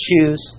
choose